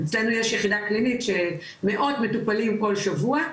אצלנו יש יחידה קלינית שמאות מטופלים כל שבוע,